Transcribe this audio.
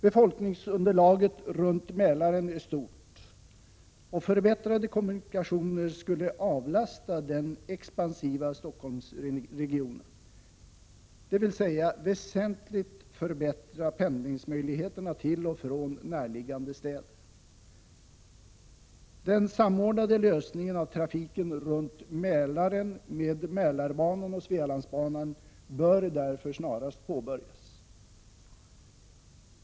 Befolkningsunderlaget runt Mälaren är stort, och förbättrade kommunikationer skulle avlasta den expansiva Stockholmsregionen, dvs. väsentligt förbättra pendlingsmöjligheterna till och från näraliggande städer. Den samordnade lösningen av trafiken runt Mälaren med Mälarbanan och Svealandsbanan bör därför snarast påbörjas.